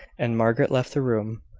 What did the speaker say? an margaret left the room,